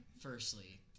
firstly